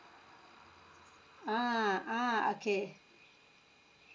ah ah okay